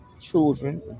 children